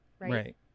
Right